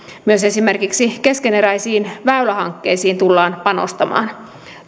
myös esimerkiksi keskeneräisiin väylähankkeisiin tullaan panostamaan